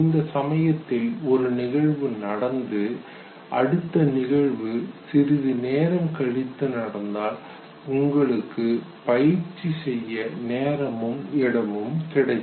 இந்த சமயத்தில் ஒரு நிகழ்வு நடந்தது அடுத்த நிகழ்வு சிறிது நேரம் கழித்து நடந்தால் உங்களுக்கு பயிற்சி செய்ய நேரமும் இடமும் கிடைக்கும்